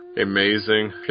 amazing